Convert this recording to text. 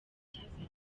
cyazanye